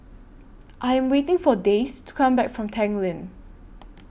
I Am waiting For Dayse to Come Back from Tanglin